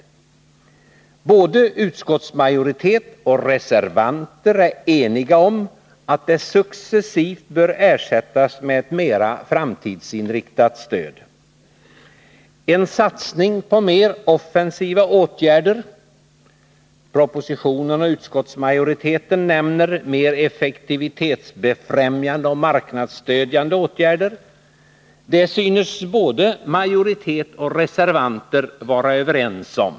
Både utskottsmajoritet och reservanter är överens om att det successivt bör ersättas med ett mera framtidsinriktat stöd. En satsning på mer offensiva — enligt propositionen och utskottsmajoriteten mer effektivitetsbefrämjande och marknadsstödjande — åtgärder synes både majoritet och reservanter vara överens om.